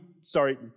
sorry